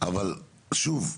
אבל שוב,